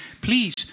please